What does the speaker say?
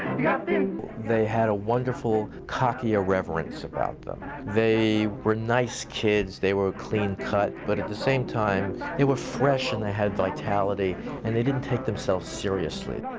yeah and they had a wonderful cocky, irreverence about them they were nice kids, they were clean-cut but at the same time they were fresh and they had vitality and they didn't take themselves seriously.